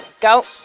go